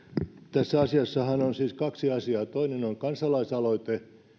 tässä asiassahan on siis kaksi asiaa toinen on kansalaisaloite